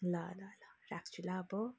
ल ल ल राख्छु ल अब